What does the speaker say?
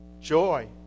joy